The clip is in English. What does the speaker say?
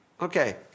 Okay